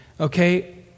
Okay